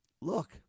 look